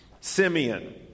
Simeon